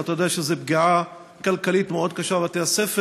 אבל אתה יודע שזאת פגיעה כלכלית מאוד קשה בבתי-הספר.